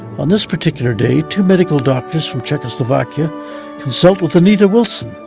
on this particular day, two medical doctors from czechoslovakia consult with the anita wilson,